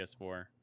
PS4